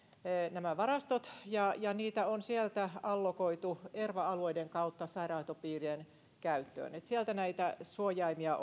nämä huoltovarmuuskeskuksen varastot ja ja niitä on sieltä allokoitu erva alueiden kautta sairaanhoitopiirien käyttöön eli sieltä näitä suojaimia